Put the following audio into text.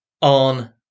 on